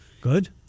Good